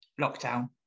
lockdown